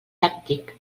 tàctic